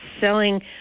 selling